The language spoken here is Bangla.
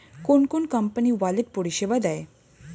কোন কোন কোম্পানি ওয়ালেট পরিষেবা দেয়?